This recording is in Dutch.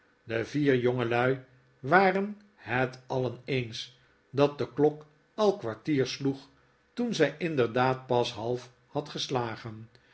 zou zyn devierjongelui waren het alien eens dat de klok al kwartier sloeg toen zjj inderdaad pas half had geslagen